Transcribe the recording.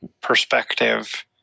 perspective